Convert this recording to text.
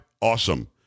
awesome